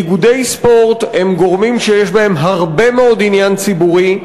איגודי ספורט הם גורמים שיש בהם הרבה מאוד עניין ציבורי,